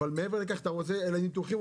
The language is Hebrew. אבל מעבר לכך אתה רוצה לניתוחים,